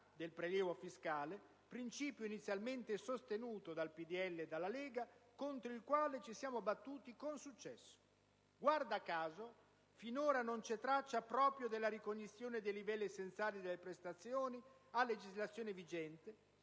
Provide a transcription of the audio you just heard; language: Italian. del prelievo fiscale, principio inizialmente sostenuto da PdL e Lega contro il quale ci siamo battuti con successo. Guarda caso finora non c'è alcuna traccia proprio della ricognizione dei livelli essenziali delle prestazioni a legislazione vigente;